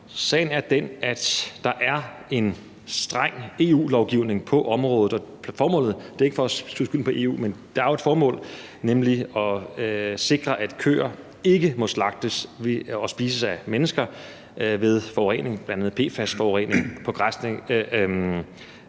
Sagen er den, at der er en streng EU-lovgivning på området. Det er ikke for at skyde skylden på EU, men der er jo et formål, nemlig at sikre, at køer ikke må slagtes og spises af mennesker ved forurening af bl.a. PFAS på græsningsarealer,